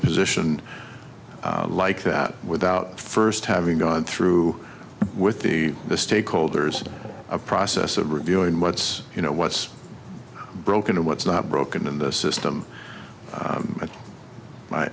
a position like that without first having gone through with the the stakeholders a process of reviewing what's you know what's broken and what's not broken in the system